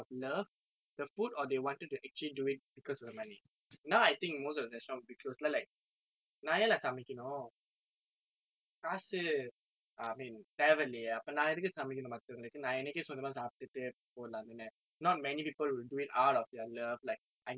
now I think most of the restaurant will be closed lah like நான் ஏன்:naan aen lah சமைக்கணும் காசு:samaikkanum kaasu I mean தேவை இல்லையே அப்போ நான் எதுக்கு சமைக்கணும் மத்தவங்களுக்கு நான் எனக்கே சொந்தமா சாப்டிட்டு போலாம் தானே:thevai illaiye appo naan ethukku samaikkanum mathavangalukku naan enakke sonthamaa saaptittu polaam thane not many people will do it out of their love like I need to give people food because if recently people don't know how to cook [what]